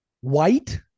White